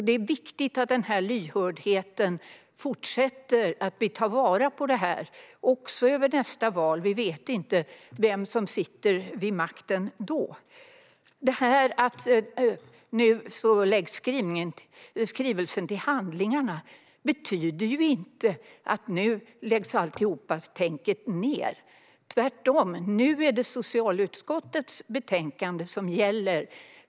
Det är viktigt att vi tar vara på den också över nästa val, för vi vet inte vem som sitter vid makten då. Detta att skrivelsen läggs till handlingarna betyder inte att hela tänket läggs ned, tvärtom. Nu är det socialutskottets betänkande som gäller.